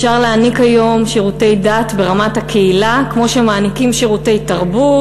אפשר להעניק היום שירותי דת ברמת הקהילה כמו שמעניקים שירותי תרבות,